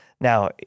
Now